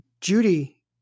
Judy